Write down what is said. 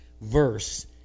verse